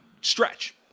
stretch